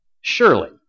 surely